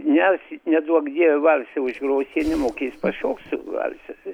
nes neduok dieve valsą užgros jie nemokės pašokt valsą